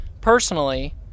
personally